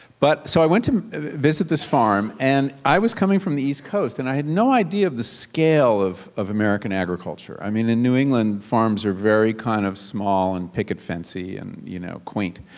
but so i went to visit this farm, and i was coming from the east coast. and i had no idea of the scale of of american agriculture. i mean in new england farms are kind of small and picket fencey, and you know quaint,